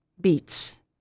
beats